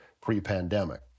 pre-pandemic